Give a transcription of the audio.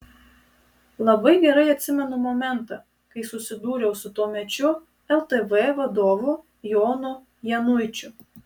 labai gerai atsimenu momentą kai susidūriau su tuomečiu ltv vadovu jonu januičiu